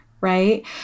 right